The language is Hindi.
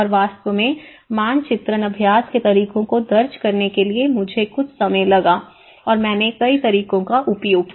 और वास्तव में मानचित्रण अभ्यास के तरीकों को दर्ज करने के लिए मुझे कुछ समय लगा और मैंने कई तरीकों का उपयोग किया